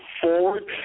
forward